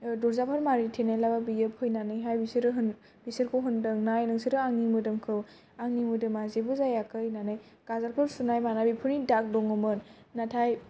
दरजाफोर मारिथेनायब्लाबो फैनानै बिसोरखौ होनदों नाय नोंसोरो आंनि मोदोमखौ आंनि मोदोमा जेबो जायाखै होननानै गाजोलफोर सुनाय मानाय बेफोरनि दाग दङ'मोन नाथाय